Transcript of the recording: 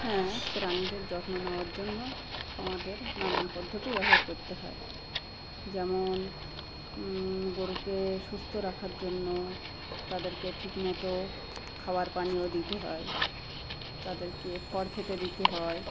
হ্যাঁ প্রাণীদের যত্ন নেওয়ার জন্য আমাদের নানান পদ্ধতি ব্যবহার করতে হয় যেমন গরুকে সুস্থ রাখার জন্য তাদেরকে ঠিকমতো খাবার পানীয় দিতে হয় তাদেরকে খড় খেতে দিতে হয়